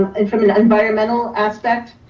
and from an environmental aspect,